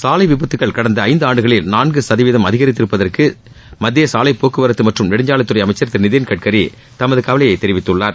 சாலை விபத்துக்கள் கடந்த ஐந்து ஆண்டுகளில் நான்கு சதவீதம் அதிகரித்து இருப்பதற்கு மத்திய சாலை போக்குவரத்து மற்றும் நெடுஞ்சாலைத் துறை அமைச்சர் திரு நிதின் கட்காரி தமது கவலையை தெரிவித்துள்ளார்